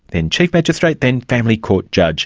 then chief magistrate, then family court judge.